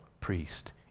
priest